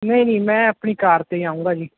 ਨਹੀਂ ਨਹੀਂ ਮੈਂ ਆਪਣੀ ਕਾਰ 'ਤੇ ਆਊਂਗਾ ਜੀ